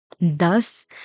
thus